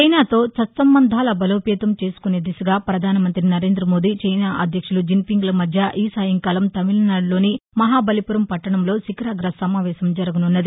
చైనాతో సత్సంబంధాల బలోపేతం చేసుకునే దిశగా ప్రధాన మంత్రి నరేంద్రమోదీ చైనా అధ్యక్షులు జిన్పింగ్ల మధ్య ఈ సాయంకాలం తమిళనాడులోని మహాబలిపురం పట్టణంలో శిఖర్చాగ సమావేశం జరగసున్నది